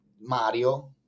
Mario